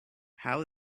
how